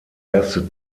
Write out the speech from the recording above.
erste